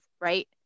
right